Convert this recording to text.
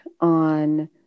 on